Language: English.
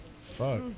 Fuck